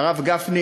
הרב גפני,